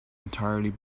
entirely